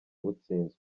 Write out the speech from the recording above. butsinzwe